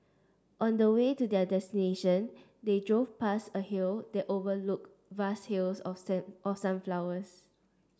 on the way to their destination they drove past a hill that overlooked vast fields of of sunflowers